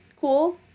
cool